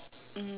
mm